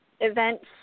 events